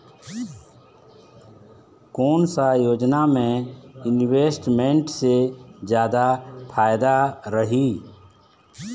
कोन सा योजना मे इन्वेस्टमेंट से जादा फायदा रही?